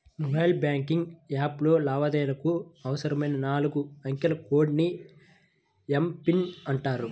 mobile banking యాప్లో లావాదేవీలకు అవసరమైన నాలుగు అంకెల కోడ్ ని ఎమ్.పిన్ అంటారు